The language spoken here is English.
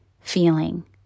feeling